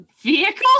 vehicle